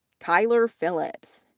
kyler phillips,